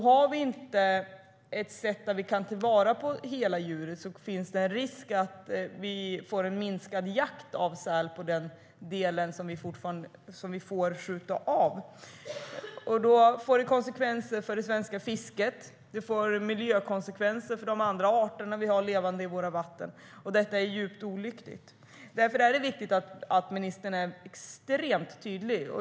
Har vi inte ett sätt där vi kan ta vara på hela djuret finns en risk att vi får en minskad jakt av säl på den del som vi får skjuta av. Det får konsekvenser för det svenska fisket och miljökonsekvenser för de andra arterna som vi har levande i våra vatten. Detta är djupt olyckligt. Därför är det viktigt att ministern är extremt tydlig.